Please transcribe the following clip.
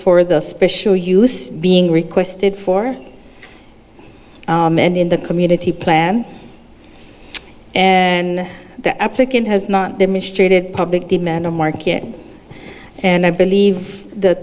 for the special use being requested for many in the community plan and the applicant has not demonstrated public demand or market and i believe the